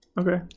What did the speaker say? Okay